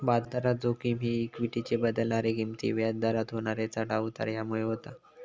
बाजारात जोखिम ही इक्वीटीचे बदलणारे किंमती, व्याज दरात होणारे चढाव उतार ह्यामुळे होता